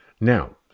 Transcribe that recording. Now